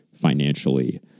financially